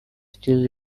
still